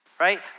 right